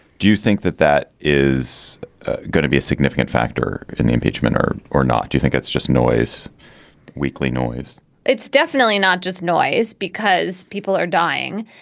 do you think that that is going to be a significant factor in the impeachment or or not. do you think that's just noise weekly noise it's definitely not just noise because people are dying.